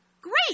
Great